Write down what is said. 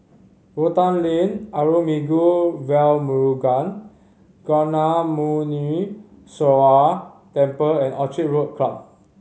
Rotan Lane Arulmigu Velmurugan Gnanamuneeswarar Temple and Orchid Club